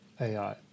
AI